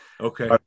Okay